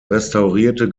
restaurierte